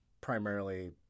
primarily